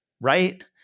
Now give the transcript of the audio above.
right